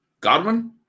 Godwin